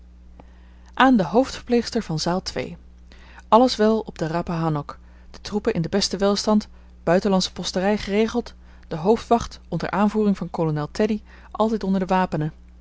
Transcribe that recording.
aan de hoofdverpleegster van zaal ii alles wel op de rappahannock de troepen in den besten welstand buitenlandsche posterij geregeld de hoofdwacht onder aanvoering van kolonel teddy altijd onder de wapenen